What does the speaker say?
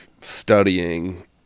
studying